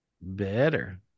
Better